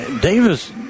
Davis